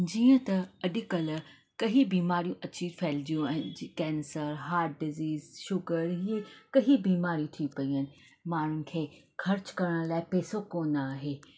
जीअं त अॼु कल्ह कईं बीमारियूं अची फहिलिजियूं आहिनि जीअं कैंसर हार्ट डिज़ीस शुगर हीअं कईं बीमारियूं थी पयूं आहिनि माण्हुनि खे ख़र्चु करण लाइ पैसो कोन आहे